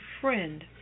friend